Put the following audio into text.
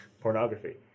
pornography